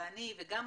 ואני וגם